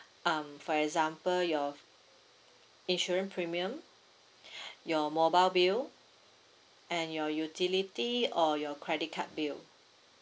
um for example your insurance premium your mobile bill and your utility or your credit card bill